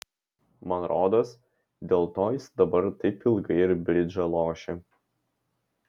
man rodos dėl to jis dabar taip ilgai ir bridžą lošia